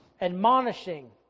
admonishing